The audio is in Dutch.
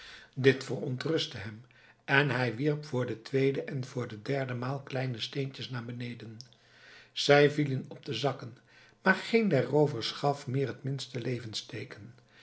dit verontrustte hem en hij wierp voor de tweede en voor de derde maal kleine steentjes naar beneden zij vielen op de zakken maar geen der roovers gaf meer het minste